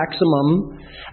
maximum